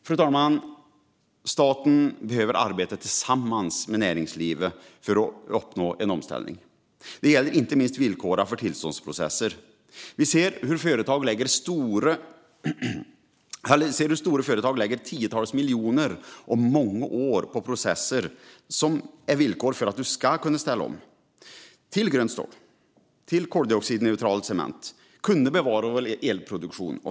Fru talman! Staten behöver arbeta tillsammans med näringslivet för att uppnå en omställning. Det gäller inte minst villkoren för tillståndsprocesser. Stora företag lägger tiotals miljoner och många år på processer som är villkor för att man ska kunna ställa om till grönt stål och koldioxidneutral cement och bevara elproduktion.